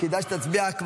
סעיף 1 נתקבל.